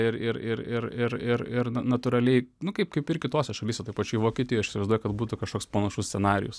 ir ir ir ir ir natūraliai nu kaip kaip ir kitose šalyse toje pačioj vokietijoj aš įsivaizduoju kad būtų kažkoks panašus scenarijus